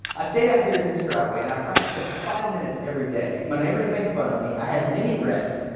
i stayed out here in this driveway and i practiced about five minutes every day. my neighbors made fun of me. i had many wrecks.